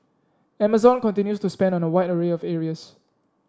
Amazon continues to spend on a wide array of areas